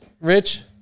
Rich